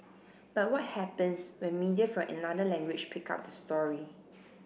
but what happens when media from another language pick up the story